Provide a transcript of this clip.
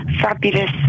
fabulous